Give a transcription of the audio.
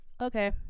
Okay